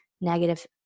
negative